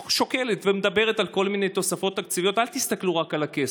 ושוקלת ומדברת על כל מיני תוספות תקציביות: אל תסתכלו רק על הכסף,